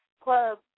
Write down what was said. club